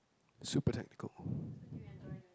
super technical